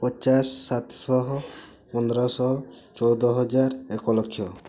ପଚାଶ ସାତଶହ ପନ୍ଦରଶହ ଚଉଦ ହଜାର ଏକଲକ୍ଷ